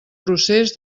procés